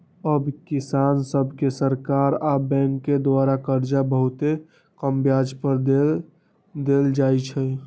अब किसान सभके सरकार आऽ बैंकों द्वारा करजा बहुते कम ब्याज पर दे देल जाइ छइ